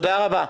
--- תודה רבה.